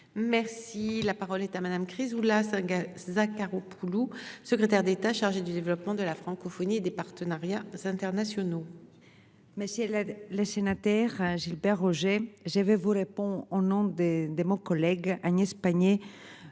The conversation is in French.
Merci la parole est à madame crise ou la saga Zacharopoulou Secrétaire d'État chargée du développement de la francophonie et des partenariats internationaux. Mais si elle la Chaîne Inter Gilbert Roger, je vais vous répond au nom des des mon collègue Agnès Pannier